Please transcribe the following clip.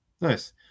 Nice